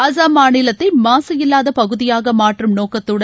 அசாம் மாநிலத்தை மாசு இல்லாத பகுதியாக மாற்றும் நோக்கத்துடன்